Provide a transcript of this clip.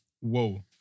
Whoa